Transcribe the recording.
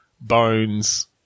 Bones